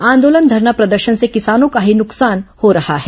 आंदोलन धरना प्रदर्शन से किसानों का ही नुकसान हो रहा है